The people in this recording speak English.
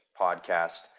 podcast